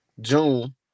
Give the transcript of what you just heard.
June